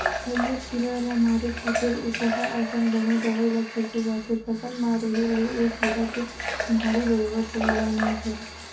हरियर कीरा ल मारे खातिर उचहाँ असन बने दवई ल छींचे जाथे फसल म रहें ले ए कीरा के चिन्हारी बरोबर होय ल नइ धरय